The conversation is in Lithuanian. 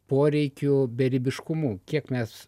poreikių beribiškumu kiek mes